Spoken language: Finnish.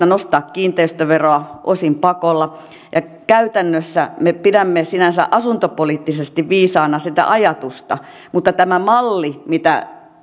nostaa kiinteistöveroa osin pakolla ja käytännössä me pidämme sinänsä asuntopoliittisesti viisaana sitä ajatusta mutta tämä malli mitä